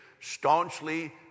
staunchly